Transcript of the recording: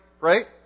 right